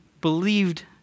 believed